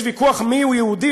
יש ויכוח מי הוא יהודי,